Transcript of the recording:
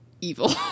evil